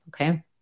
okay